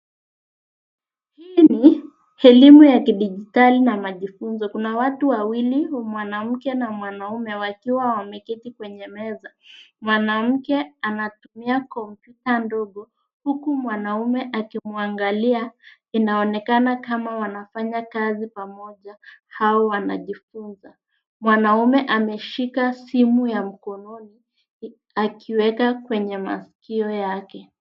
Hii ni elimu ya kidijitali na majifunzo. Kuna watu wawili mwanamke na mwanaume wakiwa wameketi kwenye meza. Mwanamke anatumia kompyuta ndogo, huku mwanaume akimwangalia. Inaonekana kama wanafanya kazi pamoja au wanajifunza. Mwanaume ameshika simu ya mkononi akiweka kwenye masikio yake.